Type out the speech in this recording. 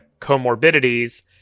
comorbidities